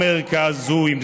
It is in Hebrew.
או מרכז הוא,